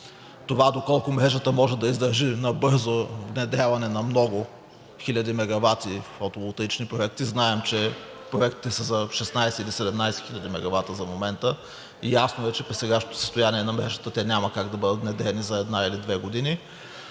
това доколко мрежата може да издържи на бързо нагряване на много хиляди мегавати фотоволтаични проекти. Знаем, че проектите са за 16 или 17 хиляди мегавата до момента. Ясно е, че при сегашното състояние на мрежата те няма как да бъдат внедрени за една или две години,